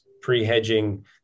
pre-hedging